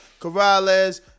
Corrales